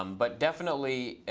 um but definitely,